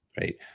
right